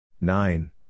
Nine